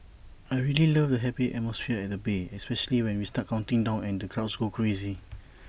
I really love the happy atmosphere at the bay especially when we start counting down and the crowds go crazy